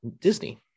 Disney